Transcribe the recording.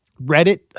Reddit